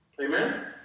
Amen